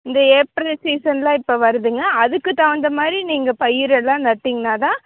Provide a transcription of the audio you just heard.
இந்த ஏப்ரல் சீசனில் இப்போ வருதுங்க அதுக்கு தகுந்த மாதிரி நீங்கள் பயிர் எல்லாம் நட்டிங்கனா தான்